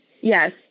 Yes